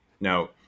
Now